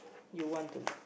you want to